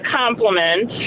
compliment